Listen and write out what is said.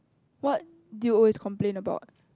what do you always complain about